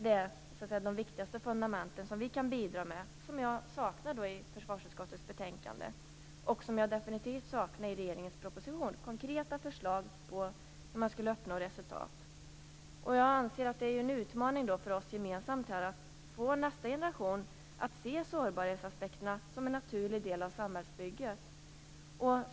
Det är de viktigaste fundament som vi kan bidra med men som jag saknar i försvarsutskottets betänkande och definitivt också i regeringens proposition. Det är fråga om konkreta förslag för att uppnå resultat. Jag anser att det är en utmaning för oss gemensamt här att få nästa generation att se sårbarhetsaspekterna som ett naturligt inslag i samhällsbygget.